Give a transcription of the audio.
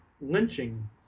lynching